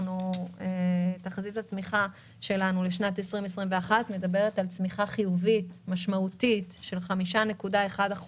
תחזית הצמיחה שלנו לשנת 2021 מדברת על צמיחה חיובית משמעותית של 5.1%,